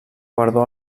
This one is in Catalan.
guardó